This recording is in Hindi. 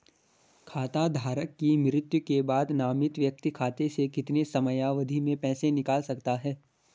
खाता धारक की मृत्यु के बाद नामित व्यक्ति खाते से कितने समयावधि में पैसे निकाल सकता है?